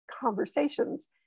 conversations